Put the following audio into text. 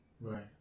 Right